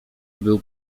był